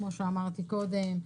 כפי שאמרתי קודם,